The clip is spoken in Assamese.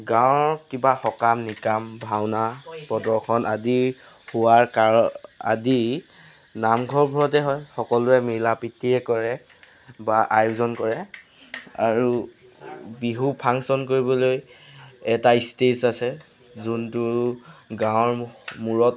গাঁৱৰ কিবা সকাম নিকাম ভাওনা প্ৰদৰ্শন আদি হোৱাৰ আদি নামঘৰবোৰতে হয় সকলোৱে মিলা প্ৰীতিৰে কৰে বা আয়োজন কৰে আৰু বিহু ফাংচন কৰিবলৈ এটা ষ্টেজ আছে যোনটো গাঁৱৰ মূৰত